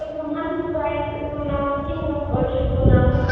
یِم حظ ڈِزاین سُوٕناوٕنۍ کِنہٕ یِم أڑۍ چھِ سُوٕناوٕنۍ